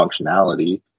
functionality